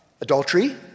adultery